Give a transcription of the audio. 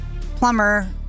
plumber